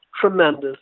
tremendous